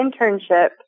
internship